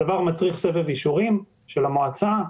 הדבר מצריך סבב אישורים של המועצה,